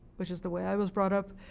which is the way i was brought up.